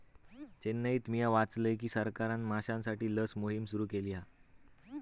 चेन्नईत मिया वाचलय की सरकारना माश्यांसाठी लस मोहिम सुरू केली हा